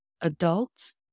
adults